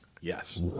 Yes